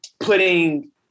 putting